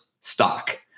stock